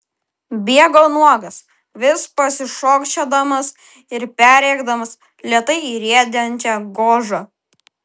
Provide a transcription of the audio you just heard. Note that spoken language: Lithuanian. bėgo nuogas vis pasišokčiodamas ir perrėkdamas lėtai riedančią gožą